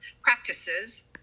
practices